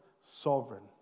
sovereign